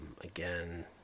again